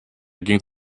ging